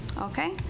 okay